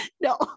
No